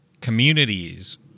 communities